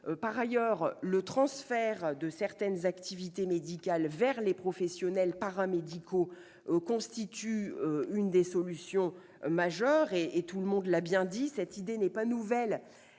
Par ailleurs, le transfert de certaines activités médicales vers les professionnels paramédicaux constitue l'une des solutions majeures, tout le monde l'a bien dit. Cette idée n'est pas nouvelle